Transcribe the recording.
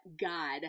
God